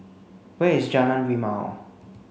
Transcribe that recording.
where is Jalan Rimau